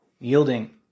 yielding